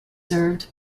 served